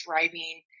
driving